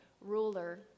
ruler